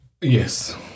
Yes